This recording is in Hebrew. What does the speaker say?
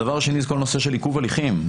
הדבר השני הוא הנושא של עיכוב הליכים.